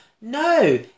No